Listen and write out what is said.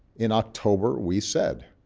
in october, we said,